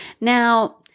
Now